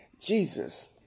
Jesus